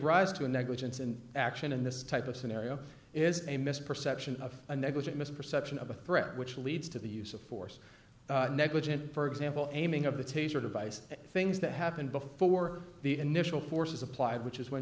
rise to a negligence in action in this type of scenario is a misperception of a negligent misperception of a threat which leads to the use of force negligent for example aiming of the taser device things that happened before the initial force is applied which is when